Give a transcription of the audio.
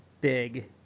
big